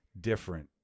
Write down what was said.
different